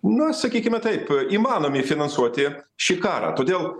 na sakykime taip įmanomi finansuoti šį karą todėl